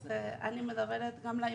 אני מדברת גם אליה